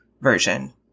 version